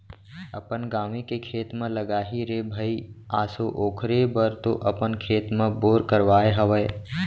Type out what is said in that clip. अपन गाँवे के खेत म लगाही रे भई आसो ओखरे बर तो अपन खेत म बोर करवाय हवय